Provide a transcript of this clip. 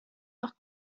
auch